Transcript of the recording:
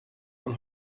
von